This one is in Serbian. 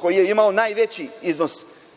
koji je imao najveći iznos